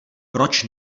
proč